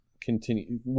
continue